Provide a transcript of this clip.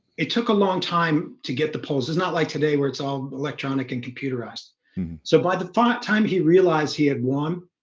it took a long time to get the polls. it's not like today where it's all electronic and computerized so by the time he realized he had won